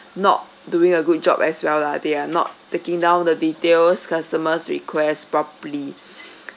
not doing a good job as well lah they are not taking down the details customer's request properly